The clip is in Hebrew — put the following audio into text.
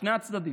לשני הצדדים,